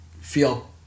feel